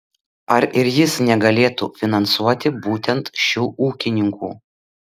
ar ir jis negalėtų finansuoti būtent šių ūkininkų